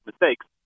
mistakes